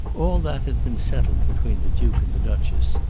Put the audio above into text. all that had been settled between the duke and the duchess.